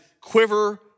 quiver